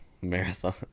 marathon